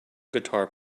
guitar